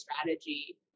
strategy